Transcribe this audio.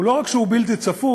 לא רק שהוא בלתי צפוי,